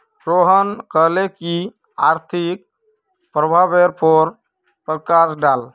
रोहन कहले की आर्थिक प्रभावेर पर प्रकाश डाल